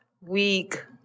week